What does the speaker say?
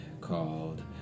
called